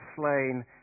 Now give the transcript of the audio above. slain